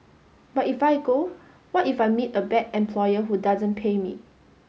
but if I go what if I meet a bad employer who doesn't pay me